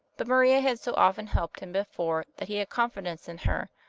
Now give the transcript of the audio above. but maria had so often helped him before that he had confidence in her,